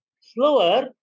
slower